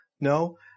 no